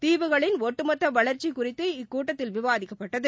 தீவுகளின் ஒட்டுமொத்தவளர்ச்சிகுறித்துகூட்டத்தில் விவாதிக்கப்பட்டது